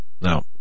Now